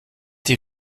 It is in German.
die